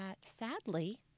sadly